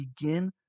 Begin